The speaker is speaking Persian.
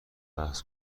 بحث